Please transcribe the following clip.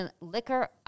Liquor